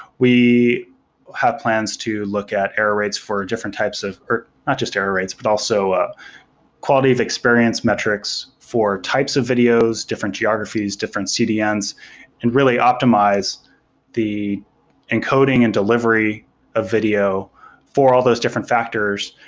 we have plans to look at error rates for ah different types or not just error rates, but also quality of experience metrics for types of videos, different geographies, different cdns and really optimize the encoding and delivery of video for all those different factors,